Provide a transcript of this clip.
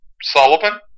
Sullivan